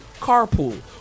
carpool